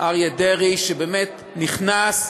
אריה דרעי, שבאמת נכנס,